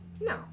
no